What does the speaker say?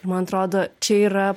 ir man atrodo čia yra